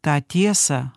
tą tiesą